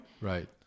Right